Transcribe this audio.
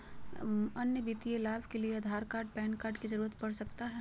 अन्य वित्तीय लाभ के लिए आधार कार्ड पैन कार्ड की जरूरत पड़ सकता है?